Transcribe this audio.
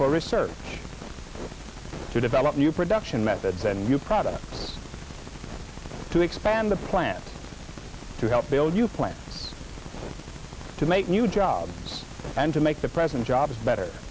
for research to develop new production methods and new products to expand the plant to help build you plant to make new jobs and to make the present jobs better